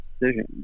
decision